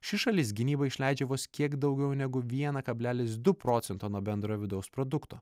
ši šalis gynybai išleidžia vos kiek daugiau negu vieną kablelis du procento nuo bendro vidaus produkto